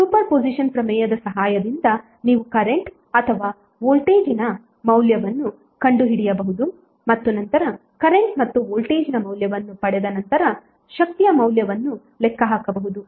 superposition ಪ್ರಮೇಯದ ಸಹಾಯದಿಂದ ನೀವು ಕರೆಂಟ್ ಅಥವಾ ವೋಲ್ಟೇಜ್ನ ಮೌಲ್ಯವನ್ನು ಕಂಡುಹಿಡಿಯಬಹುದು ಮತ್ತು ನಂತರ ಕರೆಂಟ್ ಮತ್ತು ವೋಲ್ಟೇಜ್ನ ಮೌಲ್ಯವನ್ನು ಪಡೆದ ನಂತರ ಶಕ್ತಿಯ ಮೌಲ್ಯವನ್ನು ಲೆಕ್ಕ ಹಾಕಬಹುದು